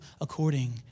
according